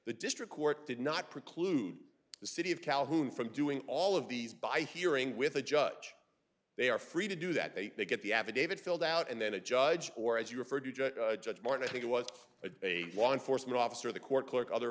the district court did not preclude the city of calhoun from doing all of these by hearing with a judge they are free to do that they may get the affidavit filled out and then a judge or as you referred to judge martin i think it was a law enforcement officer the court clerk other